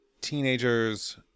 teenagers